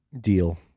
deal